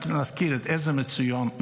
רק להזכיר את עזר מציון,